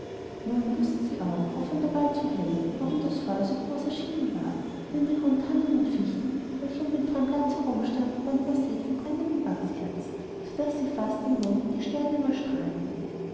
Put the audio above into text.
nun wußte sie auch wovon der wald so hell und warum das feuer so groß erschienen war denn die hohen tannen und fichten welche um den freien platz herumstehen waren übersät mit brennenden wachskerzen so daß sie fast den mond und die sterne überstrahlten